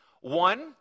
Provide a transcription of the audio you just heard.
One